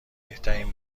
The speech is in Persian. بهترین